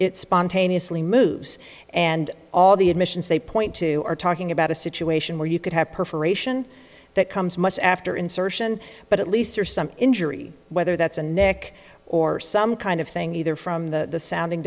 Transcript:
it spontaneously moves and all the admissions they point to are talking about a sip to ation where you could have perforation that comes much after insertion but at least there's some injury whether that's a neck or some kind of thing either from the sounding